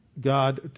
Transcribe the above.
God